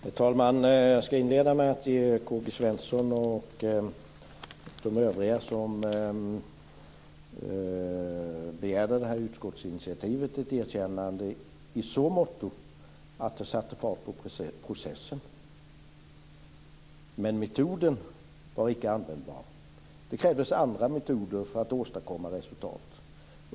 Herr talman! Jag skall inleda med att ge K-G Svenson och övriga som begärde detta utskottsinitiativ ett erkännande i så måtto att de satte fart på processen. Men metoden var icke användbar. Det krävdes andra metoder för att åstadkomma resultat.